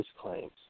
claims